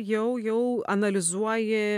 jau jau analizuoji